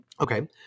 Okay